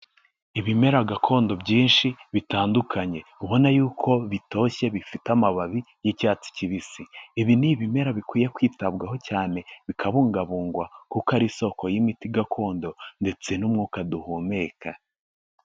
Ibimera gakondo byinshi bitandukanye ubona y'uko bitoshye bifite amababi y'icyatsi kibisi. Ibi ni ibimera bikwiye kwitabwaho cyane bikabungabungwa kuko ari isoko y'imiti gakondo ndetse n'umwuka duhumeka.